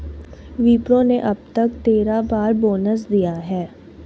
विप्रो ने अब तक तेरह बार बोनस दिया है